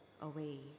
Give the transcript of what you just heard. away